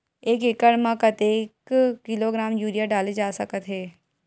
एक एकड़ म कतेक किलोग्राम यूरिया डाले जा सकत हे?